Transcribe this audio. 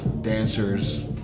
dancers